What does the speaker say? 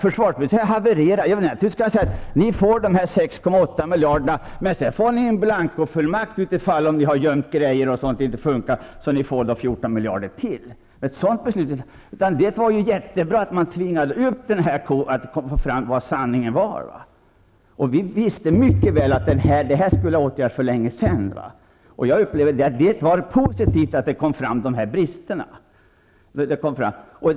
Tror någon att vi kunde säga: Ni får de här 6,8 miljarderna extra. Men sedan får ni en in blancofullmakt. Ni kan ju ha gömt undan grejer och det kanske inte funkar. Det var mycket bra att man ändå tvingade fram sanningen. Vi visste mycket väl att åtgärder skulle ha vidtagits för länge sedan. Jag upplevde att det var positivt att de här bristerna kom fram.